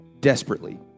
Desperately